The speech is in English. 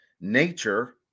nature